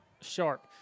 Sharp